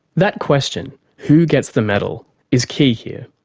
that question who gets the medal is key here.